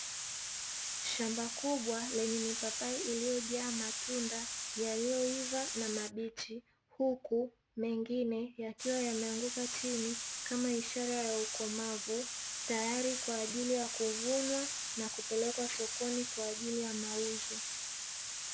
Shamaba kubwa lenye mipapai iliyojaa matunda yaliyoiva na mabichi, huku mengine yakiwa yameanguka chini kama ishara ya ukomavu, tayari kwa ajili ya kuvunwa na kupelekwa sokoni kwa ajili ya mauzo.